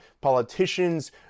politicians